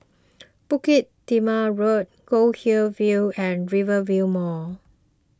Bukit Timah Road Goldhill View and Rivervale Mall